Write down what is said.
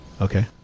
Okay